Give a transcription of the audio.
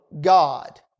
God